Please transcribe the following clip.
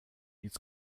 eat